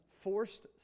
forced